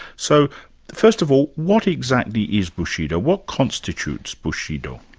so first of all, what exactly is bushido? what constitutes bushido?